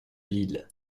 lille